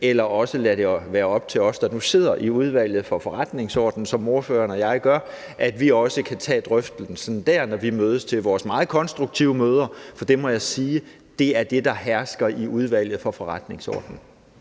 eller også lade det være op til os, der nu sidder i Udvalget for Forretningsordenen, som ordføreren og jeg gør, i forhold til at vi også kan tage drøftelsen dér, når vi mødes til vores meget konstruktive møder – for det må jeg sige: Det er det, der hersker i Udvalget for Forretningsordenen.